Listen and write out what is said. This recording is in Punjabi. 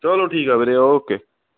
ਚਲੋ ਠੀਕ ਆ ਵੀਰੇ ਓਕੇ